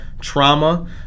trauma